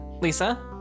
Lisa